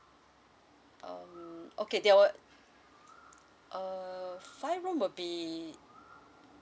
um okay that will uh five room will be